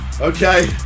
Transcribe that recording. Okay